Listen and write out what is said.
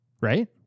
Right